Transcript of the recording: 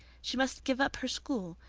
she must give up her school.